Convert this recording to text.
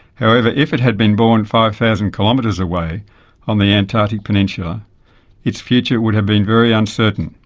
however, if it had been born five thousand kilometres away on the antarctic peninsula its future would have been very uncertain.